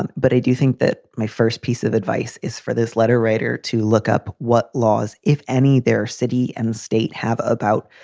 and but i do think that my first piece of advice is for this letter writer to look up what laws, if any, their city and state have about,